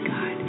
God